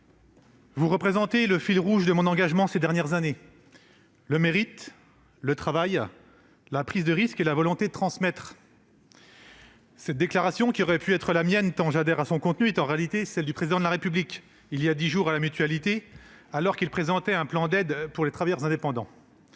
Vous représentez le fil rouge de mon engagement ces dernières années, le mérite, le travail, la prise de risque et la volonté de transmettre !» Cette déclaration, qui aurait pu être la mienne tant j'adhère à son contenu, a en réalité été prononcée par le Président de la République voilà dix jours, à la Mutualité, alors qu'il présentait un plan d'aide en faveur des travailleurs indépendants.